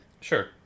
Sure